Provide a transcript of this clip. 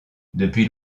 depuis